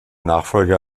nachfolger